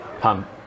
pump